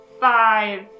five